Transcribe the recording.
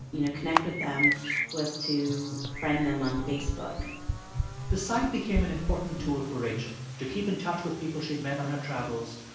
you know, connect with them was to friend them on facebook the site became an important tool for rachel to keep in touch with people she'd met on her travels,